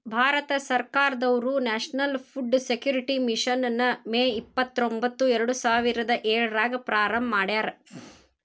ಭಾರತ ಸರ್ಕಾರದವ್ರು national food security mission ನ May ಇಪ್ಪತ್ರೊಂಬತ್ತು ಎರಡುಸಾವಿರದ ಏಳ್ರಾಗ ಪ್ರಾರಂಭ ಮಾಡ್ಯಾರ